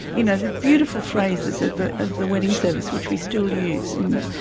you know, the beautiful phrases of the of the wedding service which we still use in,